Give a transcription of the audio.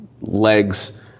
legs